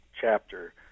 chapter